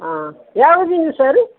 ಹಾಂ ಯಾವಾಗಿಂದ ಸರ